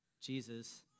Jesus